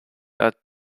are